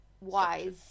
wise